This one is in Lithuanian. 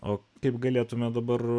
o kaip galėtumėme dabar